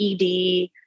ED